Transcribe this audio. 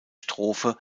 strophe